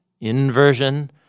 inversion